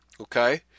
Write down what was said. Okay